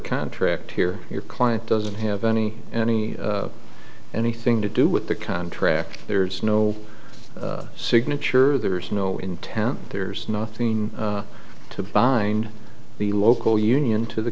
contract here your client doesn't have any any anything to do with the contract there's no signature there's no intent there's nothing to bind the local union to the